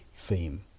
theme